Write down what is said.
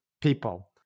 people